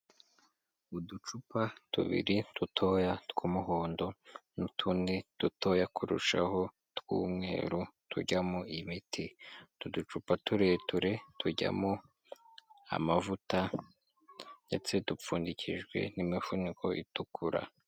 Uducupa tubiri dutoya tw'umuhondo n'utundi dutoya kurushaho tw'umweru tujya mu imiti, utu ducupa tureture tujyamo amavuta ndetse dupfundikijwe n'inimifuniko itukura.